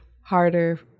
harder